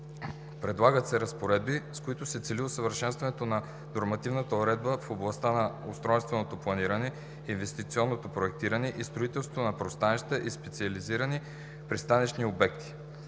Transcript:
Предлагат се разпоредби, с които се цели усъвършенстването на нормативната уредба в областта на устройственото планиране, инвестиционното проектиране и строителството на пристанища и специализирани пристанищни обекти.